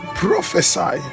prophesy